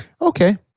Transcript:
Okay